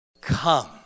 Come